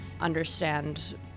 understand